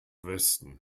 westen